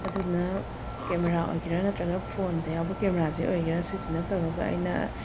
ꯑꯗꯨꯅ ꯀꯦꯃꯦꯔꯥ ꯑꯣꯏꯒꯦꯔꯥ ꯅꯠꯇ꯭ꯔꯒꯅ ꯐꯣꯟꯗ ꯌꯥꯎꯕ ꯀꯦꯃꯦꯔꯥꯁꯤ ꯑꯣꯏꯒꯦꯔꯥ ꯁꯤꯖꯤꯅ ꯇꯧꯔꯒ ꯑꯩꯅ